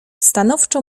stanowczo